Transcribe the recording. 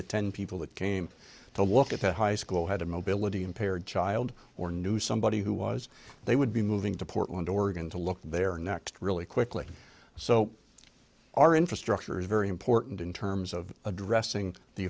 the ten people that came to look at the high school had a mobility impaired child or knew somebody who was they would be moving to portland oregon to look at their next really quickly so our infrastructure is very important in terms of addressing the